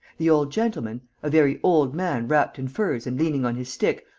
the old gentleman, a very old man wrapped in furs and leaning on his stick,